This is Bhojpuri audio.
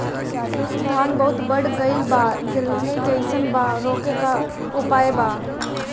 धान बहुत बढ़ गईल बा गिरले जईसन बा रोके क का उपाय बा?